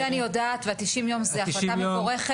את זה אני יודעת ו-90 יום זו החלטה מבורכת,